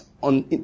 on